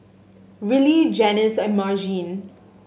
Rillie Janis and Margene